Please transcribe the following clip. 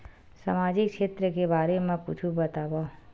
सामजिक क्षेत्र के बारे मा कुछु बतावव?